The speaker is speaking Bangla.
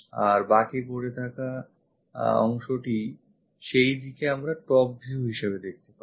আর বাকি পড়ে থাকা অংশটি সেই দিকে আমরা top view হিসেবে দেখতে পাবো